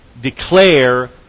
declare